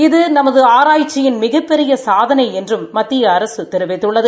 இது நமது ஆராய்ச்சியின் மிகப்பெரிய சாதனை என்றும் மத்திய அரசு தெரிவித்துள்ளது